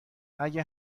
اگه